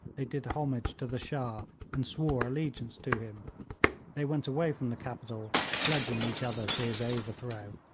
they did homage to the shah and swore allegiance to him they went away from the capital pledging each other to his overthrow,